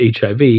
HIV